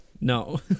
No